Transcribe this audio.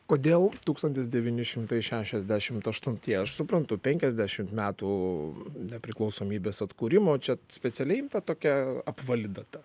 kodėl tūkstantis devyni šimtai šešiasdešimt aštuntieji aš suprantu penkiasdešimt metų nepriklausomybės atkūrimo čia specialiai tokia apvali data